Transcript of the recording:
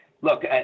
look